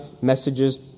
messages